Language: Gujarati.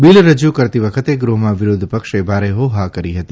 બિલ રજુ કરતી વખતે ગૃહમાં વિરોધપક્ષે ભારે હોહા કરી હતી